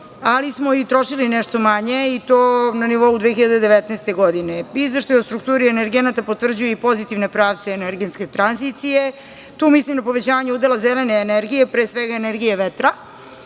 ali smo i trošili nešto manje i to na nivou 2019. godine. Izveštaj o strukturi energenata potvrđuje i pozitivne pravce energetske tranzicije. Tu mislim na povećanje udela zelene energije, pre svega energije vetra,